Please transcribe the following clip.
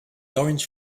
orange